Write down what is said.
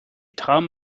tram